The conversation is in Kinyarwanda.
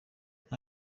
nta